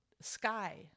Sky